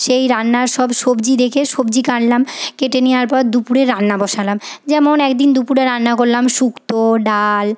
সেই রান্নার সব সবজি দেখে সবজি কাটলাম কেটে নেওয়ার পর দুপুরে রান্না বসালাম যেমন একদিন দুপুরে রান্না করলাম শুক্তো ডাল